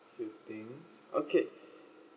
few things okay